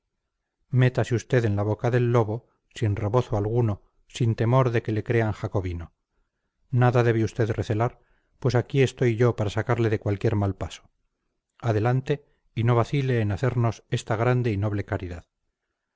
métase usted en la boca del lobo sin rebozo alguno ni temor de que le crean jacobino nada debe usted recelar pues aquí estoy yo para sacarle de cualquier mal paso adelante y no vacile en hacernos esta grande y noble caridad